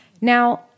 Now